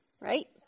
right